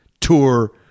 tour